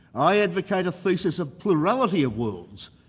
i advocate a thesis of plurality of worlds,